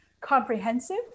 comprehensive